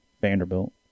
Vanderbilt